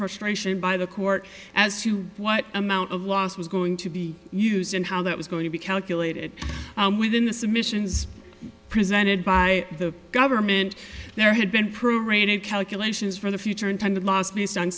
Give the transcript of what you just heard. frustration by the court as to what amount of loss was going to be used and how that was going to be calculated within the submissions presented by the government there had been proven raney calculations for the future intended l